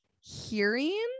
hearing